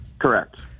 Correct